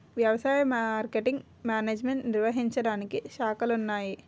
వ్యవసాయ marketing management నిర్వహించడానికి శాఖలున్నాయి